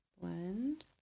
blend